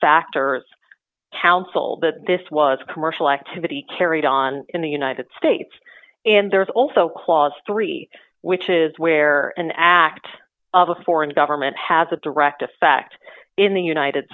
factors counsel but this was a commercial activity carried on in the united states and there's also clause three which is where an act of a foreign government has a direct effect in the united